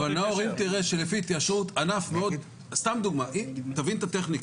אבל, נאור, אם לדוגמה תבין את הטכניקה